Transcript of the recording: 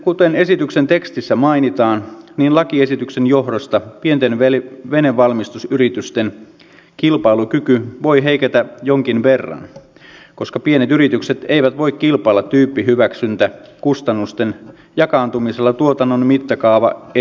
kuten esityksen tekstissä mainitaan niin lakiesityksen johdosta pienten venevalmistusyritysten kilpailukyky voi heiketä jonkin verran koska pienet yritykset eivät voi kilpailla tyyppihyväksyntäkustannusten jakaantumisella tuotannon mittakaavaetuun nähden